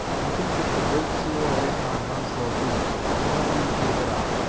i think if the great seal lay upon hounslow heath nobody would take it up.